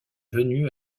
venu